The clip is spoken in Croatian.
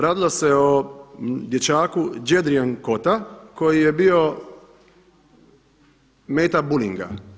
Radilo se o dječaku Jedrien Kota koji je bio meta bulinga.